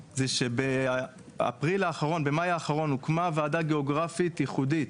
במאי האחרון הוקמה ועדה גיאוגרפית ייחודית